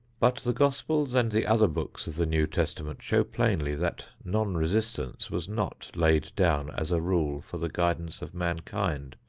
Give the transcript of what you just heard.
but the gospels and the other books of the new testament show plainly that non-resistance was not laid down as a rule for the guidance of mankind,